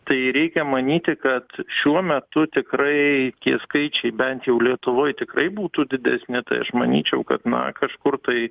tai reikia manyti kad šiuo metu tikrai tie skaičiai bent jau lietuvoj tikrai būtų didesni tai aš manyčiau kad na kažkur tai